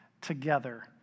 together